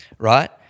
Right